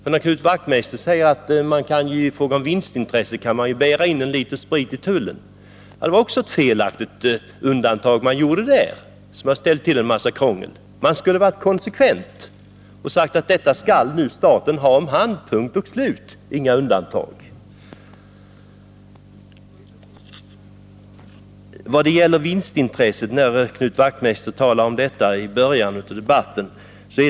Knut Wachtmeister säger beträffande vinstintresset att man kan bära in en liter sprit i tullen. Det var också ett felaktigt undantag man gjorde, som har ställt till en massa krångel. Man skulle ha varit konsekvent och sagt att detta skall nu staten ha hand om, punkt och slut — inga undantag. Knut Wachtmeister talade om vinstintresset i början av debatten.